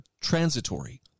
transitory